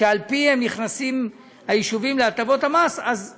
שעל פיהם נכנסים יישובים להטבות המס, אז א.